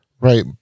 right